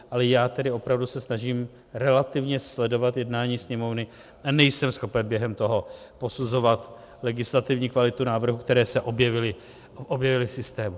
Ale já se opravdu snažím relativně sledovat jednání Sněmovny a nejsem schopen během toho posuzovat legislativní kvalitu návrhů, které se objevily v systému.